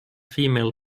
female